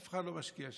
אף אחד לא משקיע שם.